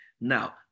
Now